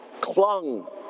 clung